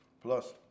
Plus